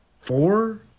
four